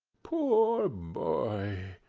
poor boy!